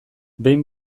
behin